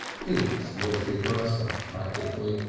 hinks was the aggressor practically.